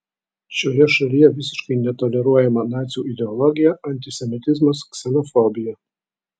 šioje šalyje visiškai netoleruojama nacių ideologija antisemitizmas ksenofobija